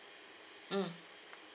mm